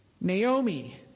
Naomi